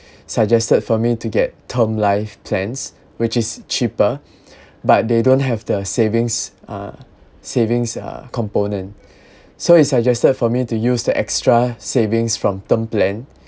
suggested for me to get term life plans which is cheaper but they don't have the savings uh savings uh component so he suggested for me to use the extra savings from term plan